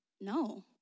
No